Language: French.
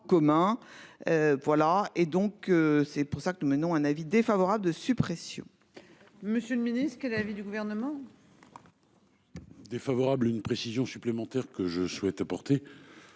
Voilà et donc c'est pour ça que nous menons un avis défavorable de suppression. Monsieur le Ministre qu'est l'avis du gouvernement. Défavorable une précision supplémentaire que je souhaitais porter